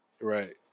right